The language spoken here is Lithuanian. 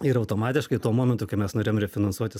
ir automatiškai tuo momentu kai mes norėjom refinansuoti